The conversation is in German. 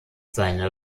seine